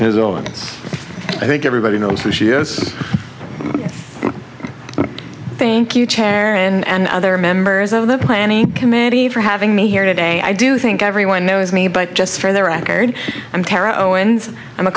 own i think everybody knows who she is thank you chair and other members of the planning committee for having me here today i do think everyone knows me but just for the record i'm tara owens i'm a